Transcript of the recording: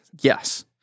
Yes